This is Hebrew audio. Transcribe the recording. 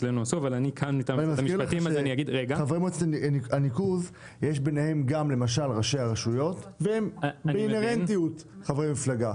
יש בין חברי מועצת הניקוז ראשי רשויות שהם חברי מפלגה.